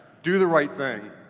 do the right thing,